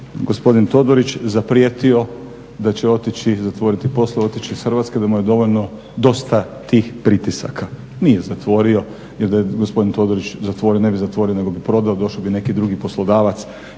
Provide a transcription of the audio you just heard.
gospodin Todorić zaprijetio da će otići i zatvoriti poslove, otići iz Hrvatske, da mu je dovoljno tih pritisaka. Nije zatvorio jer da je gospodin Todorić zatvorio ne bi zatvorio nego bi prodao, došao bi neki drugi poslodavac